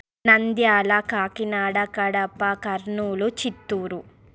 Nandyal Kakinada Kadapa Kurnool Chittoor